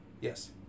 Yes